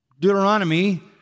Deuteronomy